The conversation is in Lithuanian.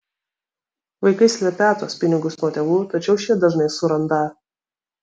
vaikai slepią tuos pinigus nuo tėvų tačiau šie dažnai surandą